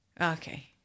Okay